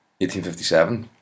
1857